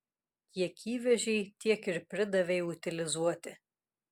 kiek įvežei tiek ir pridavei utilizuoti